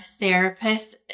therapists